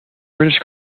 british